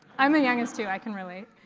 i'm a youngest too, i can relate.